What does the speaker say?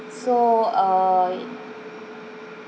so err